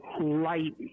light